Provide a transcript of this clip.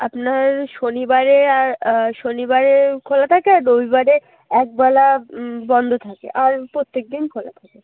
আপনার শনিবারে আর শনিবারে খোলা থাকে আর রবিবারে একবেলা বন্ধ থাকে আর প্রত্যেক দিন খোলা থাকে